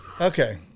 okay